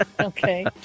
Okay